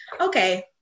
okay